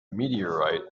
meteorite